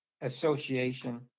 association